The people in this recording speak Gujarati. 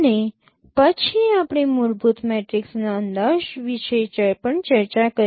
અને પછી આપણે મૂળભૂત મેટ્રિક્સના અંદાજ વિશે પણ ચર્ચા કરી